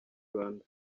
rwanda